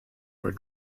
for